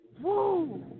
Woo